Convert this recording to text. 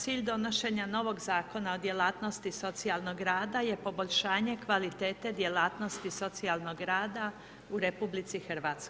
Cilj donošenja novog Zakona o djelatnosti i socijalnog rada je poboljšanje kvalitete djelatnosti socijalnog rada u RH.